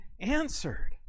answered